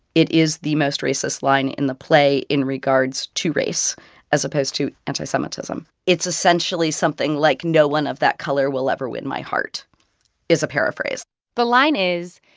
it is the most racist line in the play in regards to race as opposed to anti-semitism. it's essentially something like, no one of that color will ever win my heart is a paraphrase the line is,